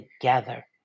together